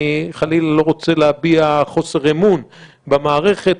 אני חלילה לא רוצה להביע חוסר אמון במערכת,